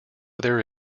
there